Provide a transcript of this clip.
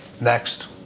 Next